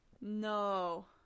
No